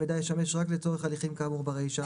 המידע ישמש רק לצורך הליכים כאמור ברישה,